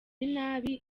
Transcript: inabi